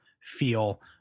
feel